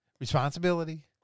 Responsibility